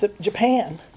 Japan